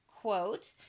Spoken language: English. quote